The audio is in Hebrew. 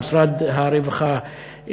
במשרד הרווחה,